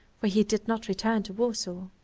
for he did not return to warsaw.